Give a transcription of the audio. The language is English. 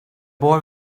boy